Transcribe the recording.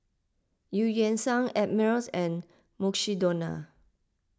Eu Yan Sang Ameltz and Mukshidonna